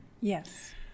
Yes